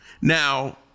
Now